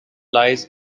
lies